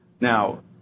Now